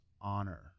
honor